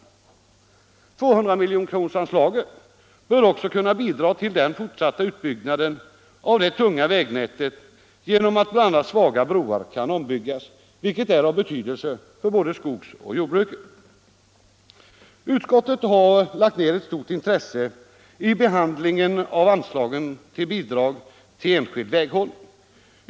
Anslaget på 200 milj.kr. bör också kunna bidrag till den fortsatta utbyggnaden av det tunga vägnätet genom att bl.a. svaga broar kan ombyggas, vilket är av betydelse både för skogsbruket och jordbruket. Utskottet har lagt ner ett stort intresse i behandlingen av anslagen för bidrag till enskild väghållning.